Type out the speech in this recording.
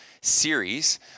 series